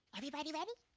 everybody ready?